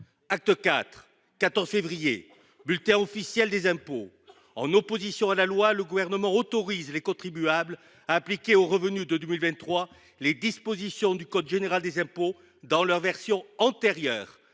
Acte IV, 14 février,. En contradiction avec la loi, le Gouvernement autorise les contribuables à appliquer aux revenus de 2023 les dispositions du code général des impôts dans leur version antérieure